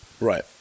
Right